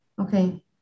Okay